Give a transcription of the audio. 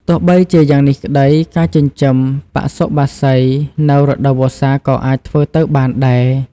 ទោះបីជាយ៉ាងនេះក្តី ការចិញ្ចឹមបសុបក្សីនៅរដូវវស្សាក៏អាចធ្វើទៅបានដែរ។